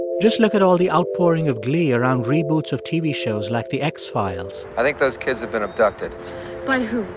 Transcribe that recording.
just look at all the outpouring of glee around reboots of tv shows like the x-files. i think those kids have been abducted by who?